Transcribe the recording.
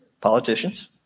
Politicians